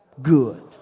good